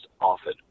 often